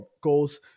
goals